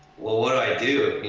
well what do i do? you